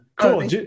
Cool